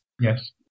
Yes